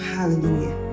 Hallelujah